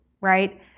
right